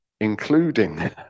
including